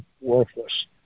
worthless